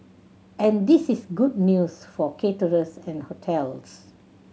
and this is good news for caterers and hotels